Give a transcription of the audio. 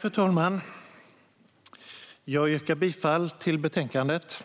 Fru talman! Jag yrkar bifall till utskottets förslag till beslut.